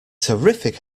terrific